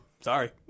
sorry